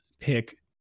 pick